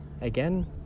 again